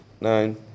nine